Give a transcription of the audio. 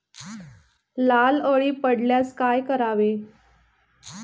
लाल अळी पडल्यास काय करावे?